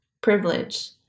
privilege